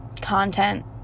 content